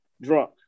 Drunk